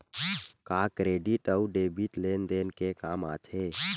का क्रेडिट अउ डेबिट लेन देन के काम आथे?